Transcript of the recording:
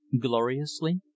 gloriously